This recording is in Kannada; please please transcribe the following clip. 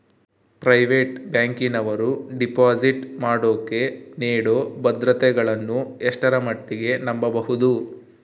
ಪ್ರೈವೇಟ್ ಬ್ಯಾಂಕಿನವರು ಡಿಪಾಸಿಟ್ ಮಾಡೋಕೆ ನೇಡೋ ಭದ್ರತೆಗಳನ್ನು ಎಷ್ಟರ ಮಟ್ಟಿಗೆ ನಂಬಬಹುದು?